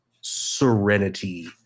serenity